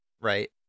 right